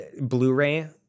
blu-ray